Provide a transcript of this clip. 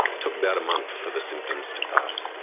took about a month for the symptoms to pass.